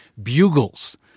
bugles.